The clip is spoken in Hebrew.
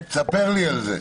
ספרי לי על זה.